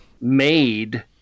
made